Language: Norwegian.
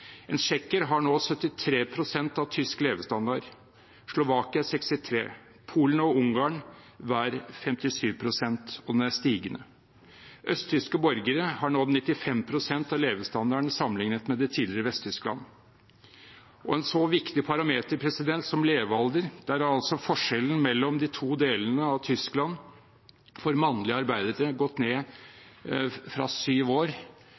En tsjekker har nå 73 pst. av tysk levestandard, Slovakia har 63 pst., og både Polen og Ungarn har 57 pst, og den er stigende. Østtyske borgere har nådd 95 pst. av levestandarden sammenlignet med det tidligere Vest-Tyskland. Når det gjelder en så viktig parameter som levealder, har altså forskjellen mellom de to delene av Tyskland for mannlige arbeidere gått ned fra syv år